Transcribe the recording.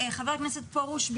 חבר הכנסת פורוש,